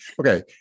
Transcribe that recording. okay